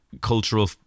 cultural